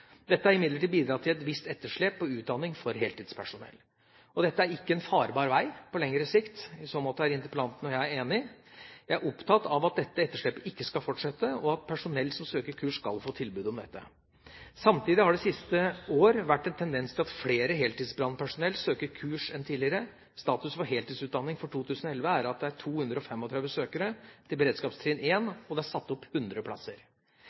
Dette har imidlertid bidratt til et visst etterslep på utdanning for heltidspersonell. Dette er ikke en farbar vei på lengre sikt. I så måte er interpellanten og jeg enig. Jeg er opptatt av at dette etterslepet ikke skal fortsette, og at personell som søker kurs, skal få tilbud om dette. Samtidig har det siste år vært en tendens til at flere heltidsbrannpersonell søker kurs enn tidligere. Status for heltidsutdanning for 2011 er at det er 235 søkere til beredskapstrinn 1, og det er satt opp 100 plasser.